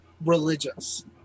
religious